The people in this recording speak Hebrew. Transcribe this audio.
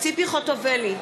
ציפי חוטובלי,